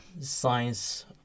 science